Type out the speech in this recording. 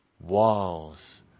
walls